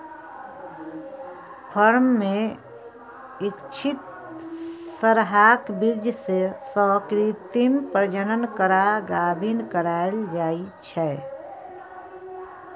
firm मे इच्छित सरहाक बीर्य सँ कृत्रिम प्रजनन करा गाभिन कराएल जाइ छै